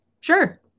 Sure